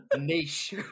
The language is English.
Niche